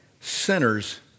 sinners